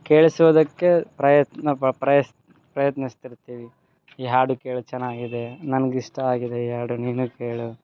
ಕೇಳ್ಸೋದಕ್ಕೆ ಪ್ರಯತ್ನ ಪ್ರಯತ್ನ ಪ್ರಯತ್ನಿಸ್ತಿರ್ತೀವಿ ಈ ಹಾಡು ಕೇಳು ಚೆನ್ನಾಗಿದೆ ನನ್ಗೆ ಇಷ್ಟ ಆಗಿದೆ ಈ ಹಾಡು ನೀನು ಕೇಳು